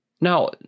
now